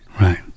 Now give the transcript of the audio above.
right